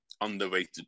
underrated